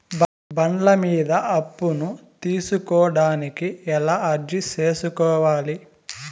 బండ్ల మీద అప్పును తీసుకోడానికి ఎలా అర్జీ సేసుకోవాలి?